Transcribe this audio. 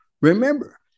Remember